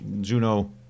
Juno